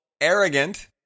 Arrogant